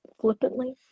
flippantly